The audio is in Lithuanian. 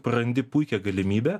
prarandi puikią galimybę